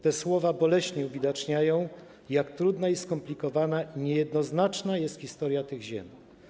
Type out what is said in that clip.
Te słowa boleśnie uwidaczniają, jak trudna, skomplikowana i niejednoznaczna jest historia tych ziem.